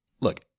Look